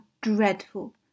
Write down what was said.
dreadful